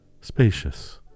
spacious